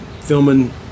filming